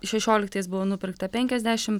šešioliktais buvo nupirkta penkiasdešim